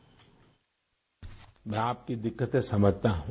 bite मैं आपकी दिक्कतें समझता हूं